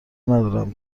ندارم